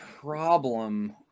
problem